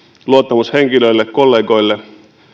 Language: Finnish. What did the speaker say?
luottamushenkilöille ja kollegoille